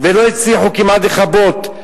ולא הצליחו כמעט לכבות,